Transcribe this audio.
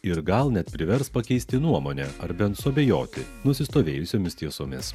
ir gal net privers pakeisti nuomonę ar bent suabejoti nusistovėjusiomis tiesomis